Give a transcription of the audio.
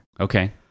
okay